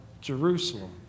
Jerusalem